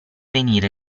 venire